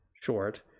short